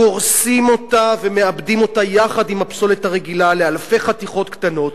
גורסים אותה ומעבדים אותה יחד עם הפסולת הרגילה לאלפי חתיכות קטנות.